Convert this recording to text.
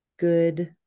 good